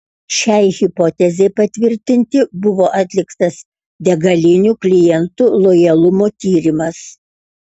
šiai hipotezei patvirtinti buvo atliktas degalinių klientų lojalumo tyrimas